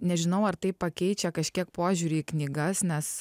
nežinau ar tai pakeičia kažkiek požiūrį į knygas nes